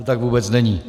To tak vůbec není.